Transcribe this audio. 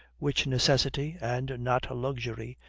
which necessity, and not luxury,